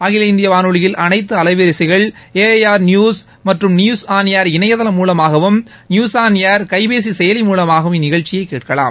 அகில இந்திய வானொலியில் அனைத்து அலைவரிசைகள் ஏஐஆர் நியூஸ் மற்றும் நியூஸ் ஆன் ஏர் இணையதளம் மூலமாகவும் நியூஸ் ஆள் ஏர் கைபேசி செயலி மூலமாகவும் இந்நிகழ்ச்சியை கேட்கலாம்